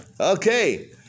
Okay